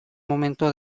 momento